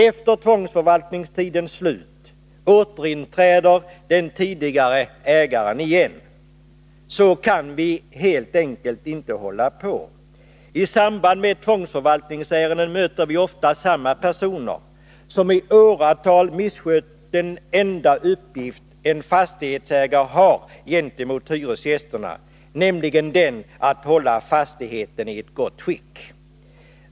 Efter tvångsförvaltningstidens slut återinträder den tidigare ägaren. Så kan vi helt enkelt inte hålla på. I samband med tvångsförvaltningsärenden möter vi ofta samma personer, som i åratal misskött den enda uppgift en fastighetsägare har gentemot hyresgästerna, nämligen att hålla fastigheten i gott skick.